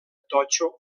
totxo